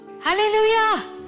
Hallelujah